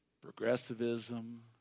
progressivism